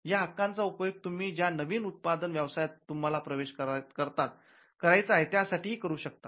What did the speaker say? या हक्कांचा उपयोग तुम्ही ज्या नवीन उत्पादन व्यवसायात तुम्हाला प्रवेश करतात त्यासाठी ही करू शकता